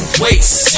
waste